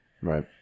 Right